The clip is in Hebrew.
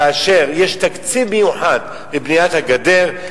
כאשר יש תקציב מיוחד לבניית הגדר.